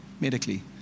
medically